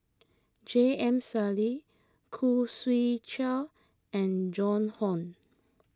J M Sali Khoo Swee Chiow and Joan Hon